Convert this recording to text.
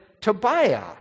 Tobiah